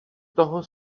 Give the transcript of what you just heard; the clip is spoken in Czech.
toho